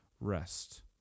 rest